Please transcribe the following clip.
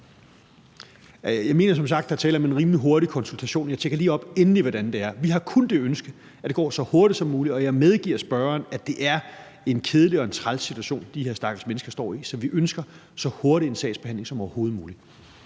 Jeg mener som sagt, der er tale om en rimelig hurtig konsultation. Jeg tjekker lige endeligt op på, hvordan det er. Vi har kun det ønske, at det går så hurtigt som muligt, og jeg medgiver spørgeren, at det er en kedelig og en træls situation, de her stakkels mennesker står i. Så vi ønsker så hurtig en sagsbehandling som overhovedet muligt.